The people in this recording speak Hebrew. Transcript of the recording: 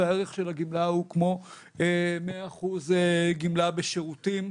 והערך של הגמלה הוא כמו 100% גמלה בשירותים,